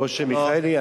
אולי, מיכאלי?